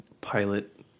pilot